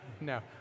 No